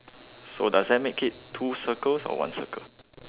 so those that make it two circles or one circle